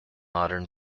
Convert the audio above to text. modern